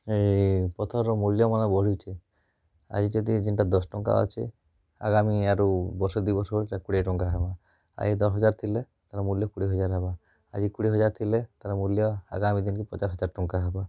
ଏଇ ପଥରର ମୂଲ୍ୟ ମାନ ବଢ଼ିଛି ଆଜି ଯଦି ଯେଣ୍ଟା ଦଶ ଟଙ୍କା ଅଛି ଆଗାମୀ ଆରୁ ଆଉ ବର୍ଷେ ଦୁଇ ବର୍ଷ ବେଳକୁ ଏହା କୋଡ଼ିଏ ଟଙ୍କା ହେବ ଏ ଦଶ ହଜାର ଥିଲେ ଏହାର ମୂଲ୍ୟ କୋଡ଼ିଏ ହଜାର ହେବ ଆଉ ଏ ଯେ କୋଡ଼ିଏ ହଜାର ଥିଲେ ତାର ମୂଲ୍ୟ ଆଗାମୀ ଦିନ୍କେ ପଚାଶ ହଜାର ଟଙ୍କା ହେବ